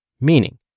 Meaning